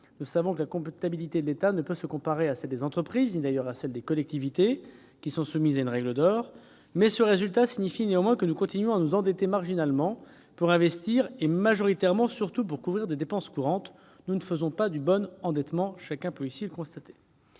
Nous savons que la comptabilité de l'État ne peut se comparer à celle des entreprises, ni d'ailleurs tout à fait à celle des collectivités, qui sont soumises à une règle d'or, mais cette situation signifie néanmoins que nous continuons à nous endetter, marginalement pour investir et majoritairement pour couvrir des dépenses courantes. Il ne s'agit donc pas d'un bon endettement. Deuxièmement, le résultat